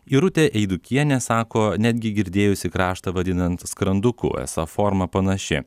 irutė eidukienė sako netgi girdėjusi kraštą vadinant skranduku esą forma panaši